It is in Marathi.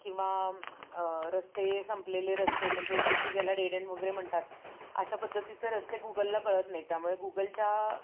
किंवा रस्ते संपलेले रस्ते म्हणजे जिथे ज्याला डेड ऐंड वगैरे म्हणतात अशा पद्धतीचे रस्ते गुगलला कळत नाही त्यामुळे गूगलच्या